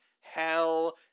hell